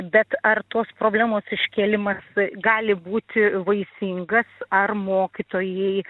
bet ar tos problemos iškėlimas gali būti vaisingas ar mokytojai